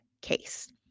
case